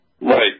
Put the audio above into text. Right